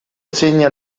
segna